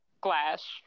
glass